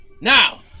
Now